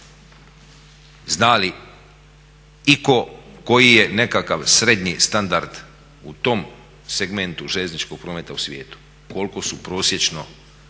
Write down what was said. Zna li itko tko je nekakav srednji standard u tom segmentu željezničkog prometa u svijetu? Koliko su prosječno